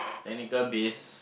technical base